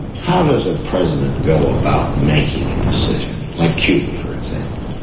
how does a president go about making a decision, like cuba for example?